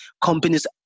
companies